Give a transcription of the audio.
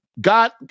God